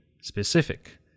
specific